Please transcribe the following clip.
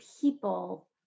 people